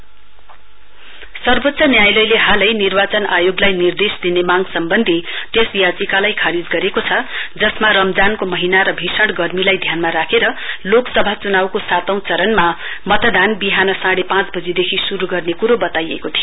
SC सर्वोच्च न्यायालयले निर्वाचन आयोगलाई निर्देश दिने मांग सम्बन्धी त्यस याचिकालाई खारिच गरेको छ जसमा रमजानको महीना र भीषण गर्मीलाई ध्यानमा राखेर लोकसभा चुनाउको सातौं चरण मतदान विहान साँढ़े पाँच वजीदेखि शुरु गर्ने कुरो बताइएको थियो